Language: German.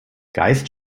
geist